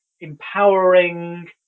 empowering